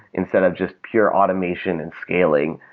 instead of just pure automation and scaling,